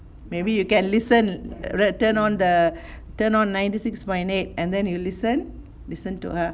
maybe you can listen right turn on the turn on ninety six point eight and then you listen listen to her